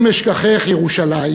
אם אשכחך ירושלים